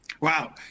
Wow